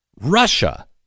Russia